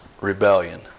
rebellion